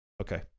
Okay